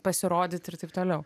pasirodyti ir taip toliau